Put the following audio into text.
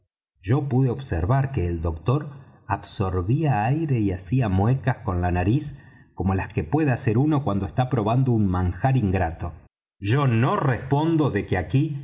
yo pude observar que el doctor absorbía aire y hacía muecas con la nariz como las que puede hacer uno que está probando un manjar ingrato yo no respondo de que aquí